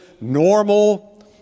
normal